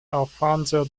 alfonso